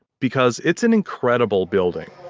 because it's an incredible building